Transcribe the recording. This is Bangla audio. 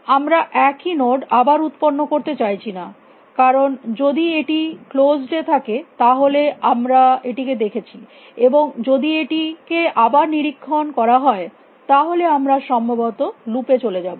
আমরা একই নোড আবার উত্পন্ন করতে চাইছি না কারণ যদি এটি ক্লোস্ড এ থাকে তাহলে আমরা এটিকে দেখেছি এবং যদি এটিকে আবার নিরীক্ষণ করা হয় তাহলে আমরা সম্ভবত লুপ এ চলে যাব